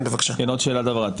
אני רק רוצה להוסיף עוד שאלת הבהרה.